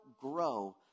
grow